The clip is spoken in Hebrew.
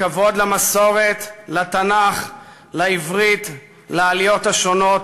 הכבוד למסורת, לתנ"ך, לעברית, לעליות השונות